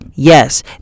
Yes